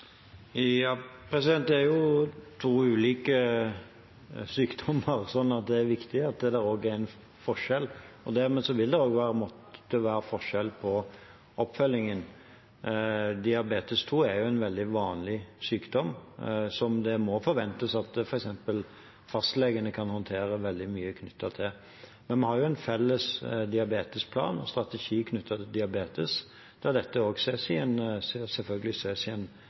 Det er to ulike sykdommer, så det er viktig at det også er en forskjell. Dermed vil det måtte være en forskjell på oppfølgingen. Diabetes type 2 er en veldig vanlig sykdom hvor det må forventes at f.eks. fastlegene kan håndtere veldig mye. Men vi har en felles diabetesplan og strategi knyttet til diabetes, da dette selvfølgelig ses